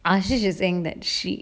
ashey is saying that she